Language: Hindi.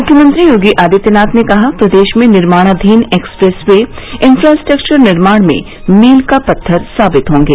मुख्यमंत्री योगी आदित्यनाथ ने कहा प्रदेश में निर्माणाधीन एक्सप्रेस वे इन्फ्रास्ट्रक्चर निर्माण में मील का पत्थर साबित होंगे